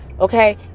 okay